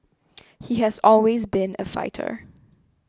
he has always been a fighter